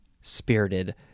spirited